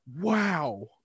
wow